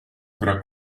tra